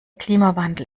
klimawandel